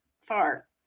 far